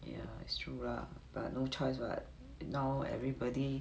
ya it's true lah but no choice [what] now everybody